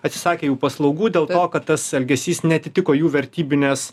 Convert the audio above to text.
atsisakė jų paslaugų dėl to kad tas elgesys neatitiko jų vertybinės